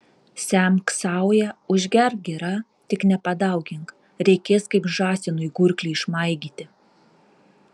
semk sauja užgerk gira tik nepadaugink reikės kaip žąsinui gurklį išmaigyti